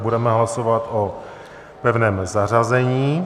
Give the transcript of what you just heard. Budeme hlasovat o pevném zařazení.